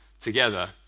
together